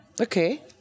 Okay